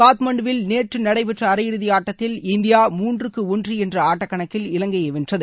காட்மாண்டுவில் நேற்று நடைபெற்ற அரையிறுதி ஆட்டத்தில் இந்தியா மூன்றுக்கு ஒன்று என்ற ஆட்டக்கணக்கில் இலங்கையை வென்றது